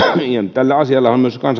tällä asialla on myös